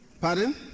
Pardon